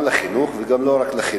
גם לחינוך, ולא רק לחינוך.